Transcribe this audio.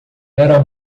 era